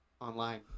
online